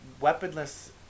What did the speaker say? Weaponless